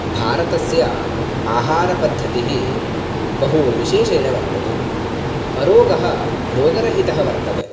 भारतस्य आहारपद्धतिः बहु विशेषेण वर्तते अरोगः रोगरहितः वर्तते